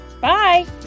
Bye